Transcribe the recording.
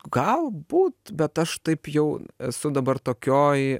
galbūt bet aš taip jau esu dabar tokioj